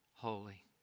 holy